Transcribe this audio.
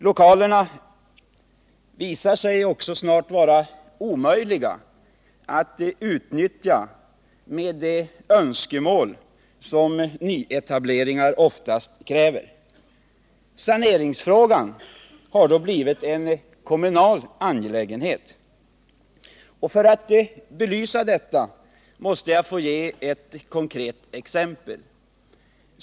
Lokalerna visar sig också snart vara omöjliga att utnyttja med hänsyn till de önskemål som oftast framförs vid nyetableringar. Saneringsfrågan har då blivit en kommunal angelägenhet. För att belysa detta måste jag få ge ett konkret exempel.